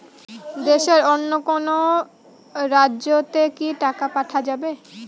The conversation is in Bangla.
দেশের অন্য কোনো রাজ্য তে কি টাকা পাঠা যাবে?